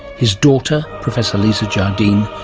his daughter, professor lisa jardine,